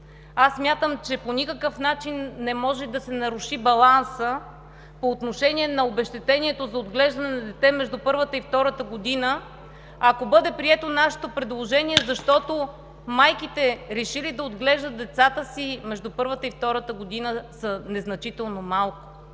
аз смятам, че по никакъв начин не може да се наруши балансът по отношение на обезщетението за отглеждане на дете между първата и втората година, ако бъде прието нашето предложение, защото майките, решили да отглеждат децата си между първата и втората година, са незначително малко.